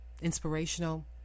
inspirational